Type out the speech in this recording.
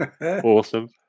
Awesome